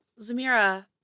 Zamira